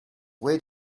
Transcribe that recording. where